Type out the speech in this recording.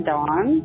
Dawn